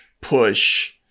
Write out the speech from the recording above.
push